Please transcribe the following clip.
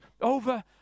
over